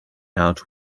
out